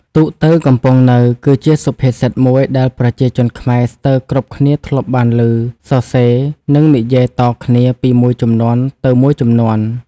ទូកទៅ កំពង់នៅ គឺជាសុភាសិតមួយដែលប្រជាជនខ្មែរស្ទើរគ្រប់គ្នាធ្លាប់បានឮ សរសេរ និងនិយាយតគ្នា ពីមួយជំនាន់ទៅមួយជំនាន់។